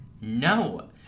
No